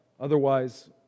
Otherwise